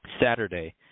Saturday